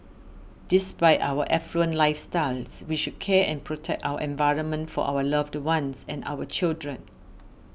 despite our affluent lifestyles we should care and protect our environment for our loved ones and our children